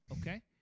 Okay